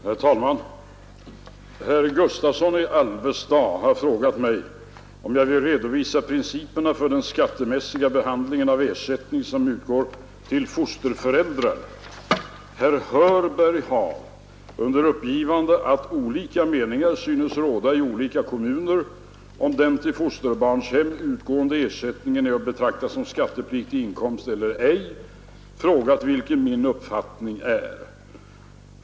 Herr talman! Herr Gustavsson i Alvesta har frågat mig om jag vill redovisa principerna för den skattemässiga behandlingen av ersättning som utgår till fosterföräldrar. Herr Hörberg har — under uppgivande att olika meningar synes råda i olika kommuner om den till fosterbarnshem utgående ersättningen är att betrakta som skattepliktig inkomst eller ej — frågat vilken min uppfattning är.